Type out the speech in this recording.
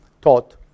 taught